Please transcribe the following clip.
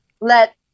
let